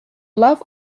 love